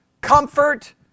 comfort